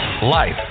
life